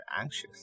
anxious